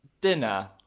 dinner